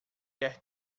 quer